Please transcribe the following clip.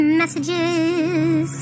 messages